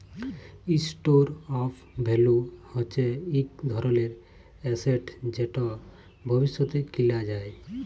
store of value হচ্যে ইক ধরলের এসেট যেট ভবিষ্যতে কিলা যায়